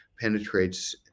penetrates